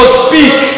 speak